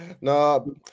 no